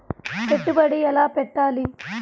పెట్టుబడి ఎలా పెట్టాలి?